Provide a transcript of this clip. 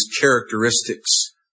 characteristics